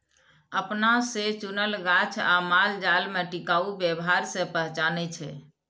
अपना से चुनल गाछ आ मालजाल में टिकाऊ व्यवहार से पहचानै छै